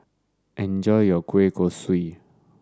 enjoy your Kueh Kosui